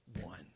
one